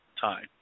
time